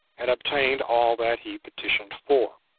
and obtained all that he petitioned for.